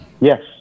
Yes